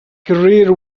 career